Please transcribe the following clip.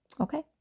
Okay